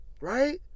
Right